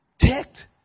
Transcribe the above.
ticked